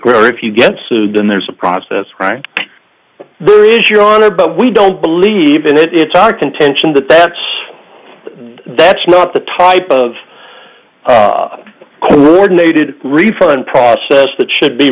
or if you get sued and there's a process right there is your honor but we don't believe it it's our contention that bets and that's not the type of ordinated refund process that should be